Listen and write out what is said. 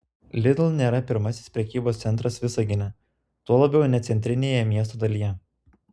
lidl nėra pirmasis prekybos centras visagine tuo labiau ne centrinėje miesto dalyje